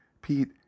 Pete